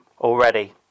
already